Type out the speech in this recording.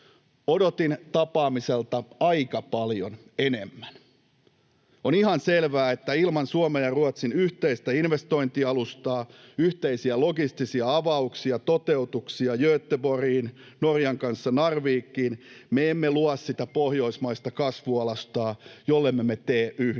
Odotin tapaamiselta aika paljon enemmän. On ihan selvää, että ilman Suomen ja Ruotsin yhteistä investointialustaa, yhteisiä logistisia avauksia ja toteutuksia, kuten Göteborgiin tai Norjan kanssa Narvikiin, me emme luo sitä pohjoismaista kasvualustaa, jollemme me tee yhdessä.